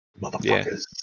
Motherfuckers